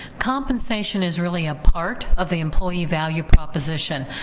compensation is really a part of the employee value proposition.